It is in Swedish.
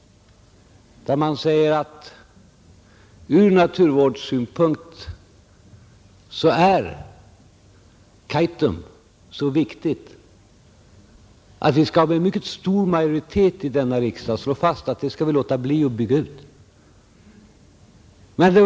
Man skulle då å ena sidan säga att Kaitum är så viktigt ur naturvårdssynpunkt att vi med mycket stor majoritet i denna riksdag bör slå fast att vi skall låta bli att bygga ut det.